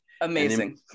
Amazing